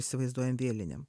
įsivaizduojam vėlinėm